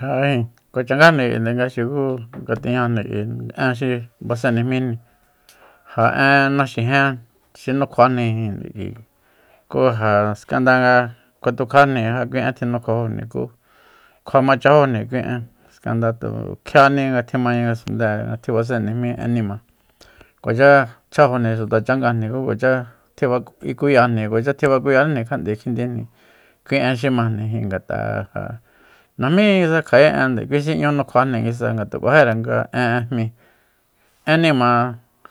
Ja ijin kuacha ngajni kuinde nga xuku nga tijñani k'ui en xi basenejmijni ja en naxijen xi nukjuajnijinde k'ui ku ja skanda kuatukjajni ja kui en tjinukjuajojni ku kjuamachajójni kui en skanda tu kjiani tjimaña ngasunde tjibasennejmí en nima kuacha chjájojni xuta changajni ku kuacha tjiba icuyajni kuacha tjibakuyaníjni kjand'e kjindijni kui en xi majnijin ngat'a najmí nguisa kja'é en kui xi nñu nukjuajni nguisa nga tu k'uajire nguisa en'e jmíi en nima